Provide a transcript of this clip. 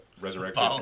resurrected